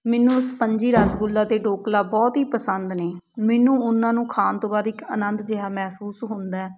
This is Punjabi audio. ਮੈਨੂੰ ਸਪੰਜੀ ਰਸਗੁੱਲਾ ਅਤੇ ਡੋਕਲਾ ਬਹੁਤ ਹੀ ਪਸੰਦ ਨੇ ਮੈਨੂੰ ਉਹਨਾਂ ਨੂੰ ਖਾਣ ਤੋਂ ਬਾਅਦ ਇੱਕ ਆਨੰਦ ਜਿਹਾ ਮਹਿਸੂਸ ਹੁੰਦਾ ਹੈ